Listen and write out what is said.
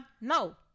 no